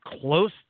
close